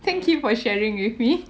thank you for sharing with me